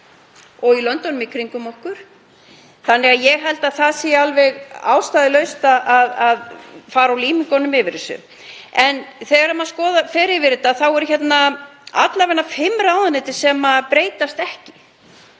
og í löndunum í kringum okkur, þannig að ég held að það sé alveg ástæðulaust að fara á límingunum yfir þessu. Þegar maður fer yfir tillöguna eru hérna alla vega fimm ráðuneyti sem breytast ekki,